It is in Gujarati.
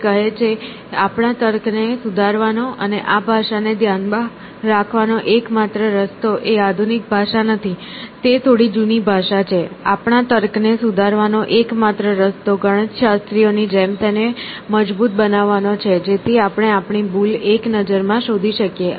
તે કહે છે "આપણા તર્કને સુધારવાનો અને આ ભાષાને ધ્યાનમાં રાખવાનો એકમાત્ર રસ્તો એ આધુનિક ભાષા નથી તે થોડી જૂની ભાષા છે આપણા તર્કને સુધારવાનો એકમાત્ર રસ્તો ગણિતશાસ્ત્રીઓની જેમ તેને મજબૂત બનાવવાનો છે જેથી આપણે આપણી ભૂલ એક નજરમાં શોધી શકીએ